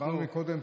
דובר מקודם,